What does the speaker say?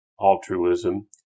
altruism